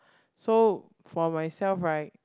so for myself right